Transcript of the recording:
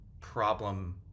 problem